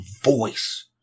voice